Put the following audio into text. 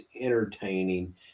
entertaining